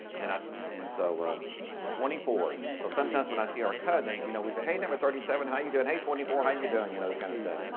and ah and so um twenty four, so sometimes when i see our cousins you know we say, hey number thirty seven, how you doing? hey twenty four how you doing? you know those kind of stuff.